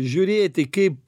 žiūrėti kaip